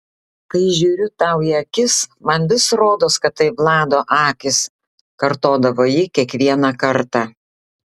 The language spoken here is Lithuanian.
kai žiūriu tau į akis man vis rodos kad tai vlado akys kartodavo ji kiekvieną kartą